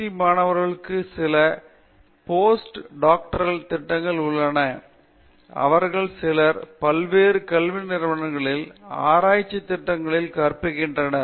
D மாணவர்களுள் சிலர் post doctoral திட்டங்களில் சேர்ந்துள்ளனர் அவர்களில் சிலர் பல்வேறு கல்வி நிறுவனங்களில் ஆராய்ச்சி திட்டங்களில் கற்பிக்கின்றனர்